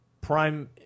Prime